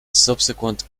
subsequent